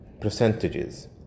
percentages